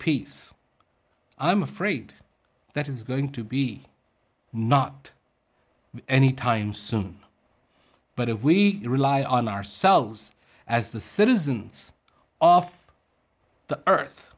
peace i'm afraid that is going to be not anytime soon but if we rely on ourselves as the citizens off the earth